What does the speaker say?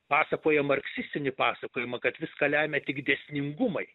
pasakojam marksistinį pasakojimą kad viską lemia tik dėsningumai